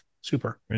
Super